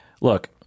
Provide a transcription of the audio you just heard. Look